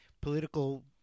political